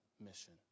mission